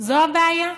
זו הבעיה?